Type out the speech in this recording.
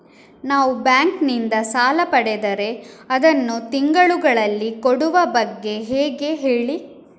ನಾವು ಬ್ಯಾಂಕ್ ನಿಂದ ಸಾಲ ಪಡೆದರೆ ಅದನ್ನು ತಿಂಗಳುಗಳಲ್ಲಿ ಕೊಡುವ ಬಗ್ಗೆ ಹೇಗೆ ಹೇಳಿ